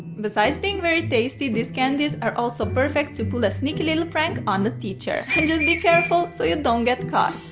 besides being very tasty these candies are also perfect to pull a sneaky little prank on a teacher. just be careful so you don't get caught!